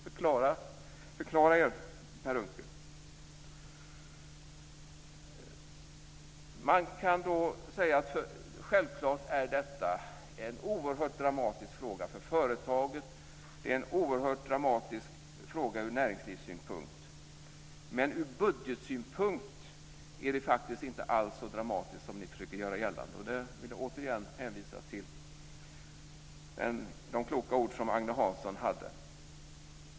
Förklara er, Per Unckel! Självklart är detta en oerhört dramatisk fråga för företaget. Det är en oerhört dramatisk fråga ur näringslivssynpunkt. Men ur budgetsynpunkt är det faktiskt inte alls så dramatiskt som ni försöker göra gällande. Där vill jag återigen hänvisa till de kloka ord som Agne Hansson sade.